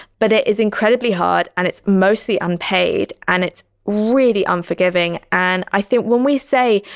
but it is incredibly hard and it's mostly unpaid and it's really unforgiving. and i think when we say,